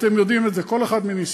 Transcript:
אתם יודעים את זה, כל אחד מניסיונו,